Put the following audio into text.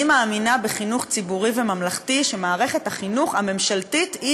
אני מאמינה בחינוך ציבורי וממלכתי שמערכת החינוך הממשלתית היא